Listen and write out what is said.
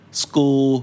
school